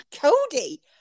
Cody